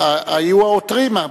היו עותרים.